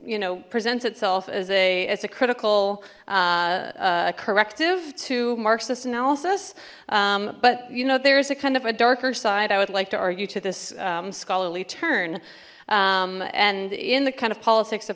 you know presents itself as a as a critical corrective to marxist analysis but you know there's a kind of a darker side i would like to argue to this scholarly turn and in the kind of politics